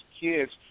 kids